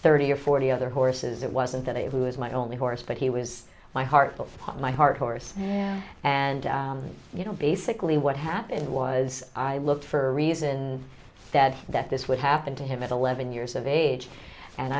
thirty or forty other horses it wasn't that it was my only horse but he was my heart will my heart horse and you know basically what happened was i looked for a reason that that this would happen to him at eleven years of age and